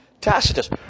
Tacitus